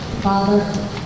Father